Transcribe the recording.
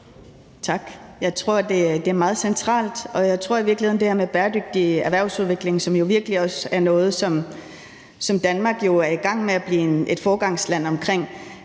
lade sig inspirere og dele viden med Grønland om det her med bæredygtig erhvervsudvikling, som jo virkelig også er noget, som Danmark er i gang med at blive et foregangsland for.